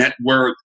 network